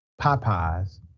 Popeyes